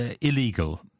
illegal